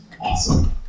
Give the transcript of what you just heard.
awesome